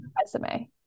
resume